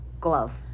glove